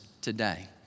today